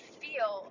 feel